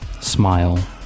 Smile